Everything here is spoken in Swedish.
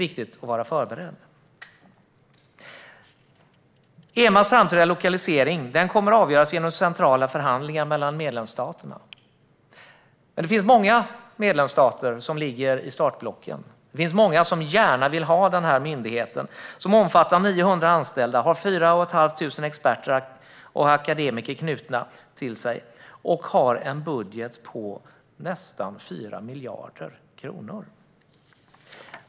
EMA:s framtida lokalisering kommer att avgöras genom centrala förhandlingar mellan medlemsstaterna. Och många medlemsstater ligger i startblocken. Många vill gärna ha myndigheten, som omfattar 900 anställda, har 4 500 experter och akademiker knutna till sig och har en budget på nästan 4 miljarder kronor.